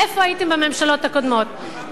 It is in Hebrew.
איפה הייתם בממשלות הקודמות,